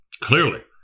Clearly